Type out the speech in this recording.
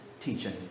teaching